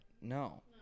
No